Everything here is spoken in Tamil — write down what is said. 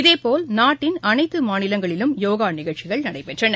இதேபோல் நாட்டின் அனைத்துமாநிலங்களிலும் யோகாநிகழ்ச்சிகள் நடைபெற்றன